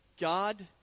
God